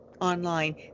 online